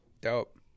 Dope